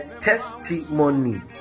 testimony